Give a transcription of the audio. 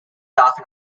often